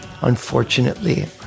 Unfortunately